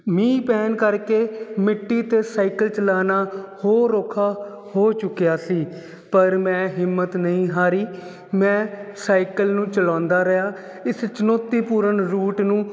ਮੀਂਹ ਪੈਣ ਕਰਕੇ ਮਿੱਟੀ 'ਤੇ ਸਾਈਕਲ ਚਲਾਉਣਾ ਹੋਰ ਔਖਾ ਹੋ ਚੁੱਕਿਆ ਸੀ ਪਰ ਮੈਂ ਹਿੰਮਤ ਨਹੀਂ ਹਾਰੀ ਮੈਂ ਸਾਈਕਲ ਨੂੰ ਚਲਾਉਂਦਾ ਰਿਹਾ ਇਸ ਚੁਣੌਤੀਪੂਰਨ ਰੂਟ ਨੂੰ